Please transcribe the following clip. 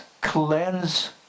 cleanse